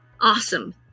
Awesome